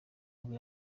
bwo